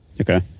Okay